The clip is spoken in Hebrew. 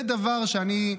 זה דבר שאני,